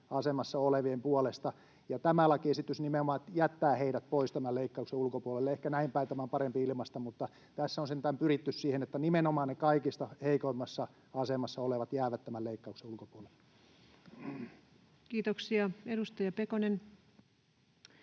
asemassa olevien puolesta, ja tämä lakiesitys nimenomaan jättää heidät tämän leikkauksen ulkopuolelle. Ehkä näinpäin tämä on parempi ilmaista, mutta tässä on sentään pyritty siihen, että nimenomaan ne kaikista heikoimmassa asemassa olevat jäävät tämän leikkauksen ulkopuolelle. Kiitoksia. — Edustaja Pekonen.